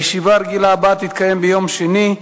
הישיבה הרגילה הבאה תתקיים ביום שני,